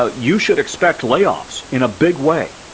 ah you should expect layoffs in a big way.